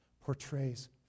portrays